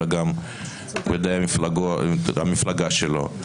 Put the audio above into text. אלא גם בידי המפלגה שלו.